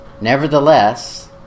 nevertheless